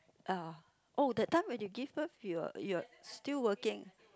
ah oh that time when you give him your you're still working